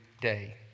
day